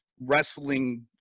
wrestling